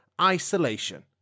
isolation